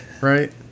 right